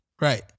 Right